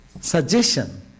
suggestion